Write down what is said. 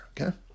Okay